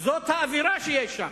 זאת האווירה שיש שם.